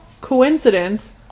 coincidence